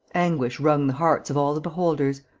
anguish wrung the hearts of all the beholders.